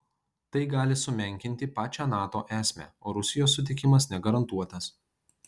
tai gali sumenkinti pačią nato esmę o rusijos sutikimas negarantuotas